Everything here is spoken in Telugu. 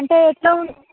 అంటే ఎట్లా